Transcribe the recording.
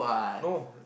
no